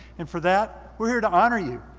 and for that, we're here to honor you.